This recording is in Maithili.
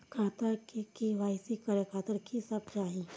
खाता के के.वाई.सी करे खातिर की सब चाही?